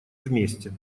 вместе